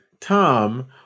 Tom